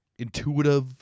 Intuitive